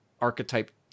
archetype